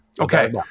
Okay